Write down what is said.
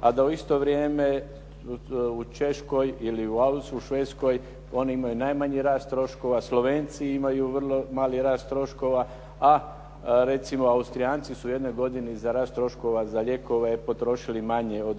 a da u isto vrijeme u Češkoj ili u Švedskoj, oni imaju najmanji rast troškova. Slovenci imaju vrlo mali rast troškova, a recimo Austrijanci su u jednoj godini za rast troškova za lijekove potrošili manje od